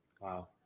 Wow